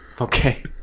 okay